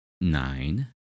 Nine